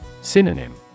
Synonym